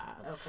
Okay